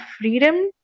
freedom